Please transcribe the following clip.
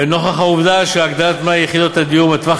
ונוכח העובדה שהגדלת מלאי יחידות הדיור בטווח